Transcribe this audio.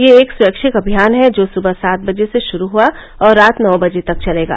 यह एक स्वैच्छिक अभियान है जो सुवह सात बजे से शुरू हआ और रात नौ बजे तक चलेगा